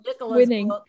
winning